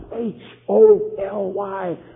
H-O-L-Y